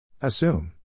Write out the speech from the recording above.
Assume